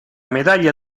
medaglia